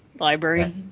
library